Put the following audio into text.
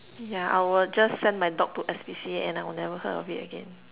yeah I will just send my dog to S_P_C_A and I will never heard of it again